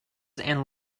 and